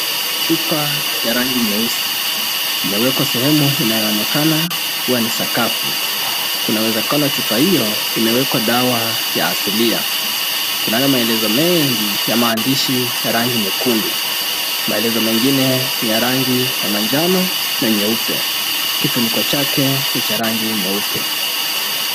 Chupa ya rangi nyeusi imewekwa sehemu inayoonekana kuwa ni sakafu. Kuna uwezekano chupa hiyo imewekwa dawa ya asilia. Kunayo maelezo mengi ya maandishi ya rangi nyekundu. Maelezo mengine ni ya rangi ya manjano na nyeupe. Kifuniko chake ni cha rangi nyeupe.